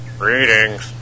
greetings